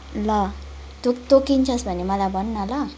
ल तँ तँ किन्छस् भने मलाई भन् न ल